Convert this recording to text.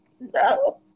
No